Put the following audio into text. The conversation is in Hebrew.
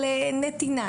על נתינה,